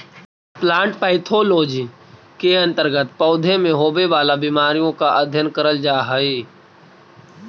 plant pathology के अंतर्गत पौधों में होवे वाला बीमारियों का अध्ययन करल जा हई